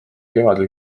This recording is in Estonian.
kevadel